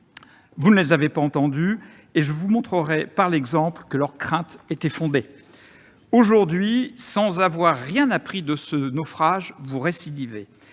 Il ne les avait pas entendus et je vous montrerai, par l'exemple, que leurs craintes étaient fondées. Aujourd'hui, sans avoir rien appris de ce naufrage, vous récidivez,